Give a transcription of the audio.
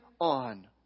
on